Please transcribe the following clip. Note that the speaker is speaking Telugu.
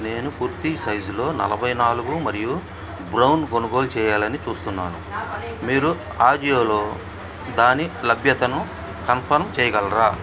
నేను కుర్తి సైజ్లో నలభై నాలుగు మరియు బ్రౌన్ కొనుగోలు చేయాలని చూస్తున్నాను మీరు అజియోలో దాని లభ్యతను కంఫర్మ్ చేయగలరా